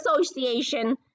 association